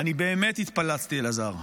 ואני באמת התפלצתי, אלעזר.